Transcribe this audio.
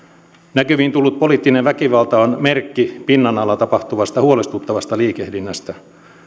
näkyviin tullut poliittinen väkivalta on merkki pinnan alla tapahtuvasta huolestuttavasta liikehdinnästä